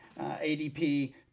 ADP